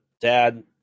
dad